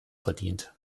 verdient